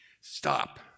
stop